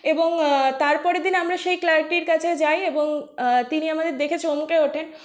এবং তার পরের দিন আমরা সেই ক্লার্কের কাছে যাই এবং তিনি আমাদের দেখে চমকে ওঠেন